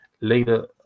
later